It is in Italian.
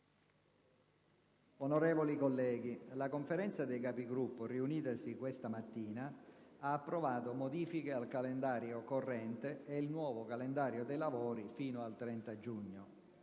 Onorevoli colleghi, la Conferenza dei Capigruppo, riunitasi questa mattina, ha approvato modifiche al calendario corrente e il nuovo calendario dei lavori fino al 30 giugno.